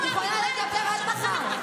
את יכולה לדבר עד מחר.